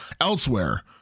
elsewhere